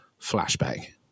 flashback